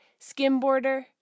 skimboarder